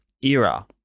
era